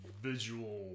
Visual